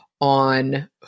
on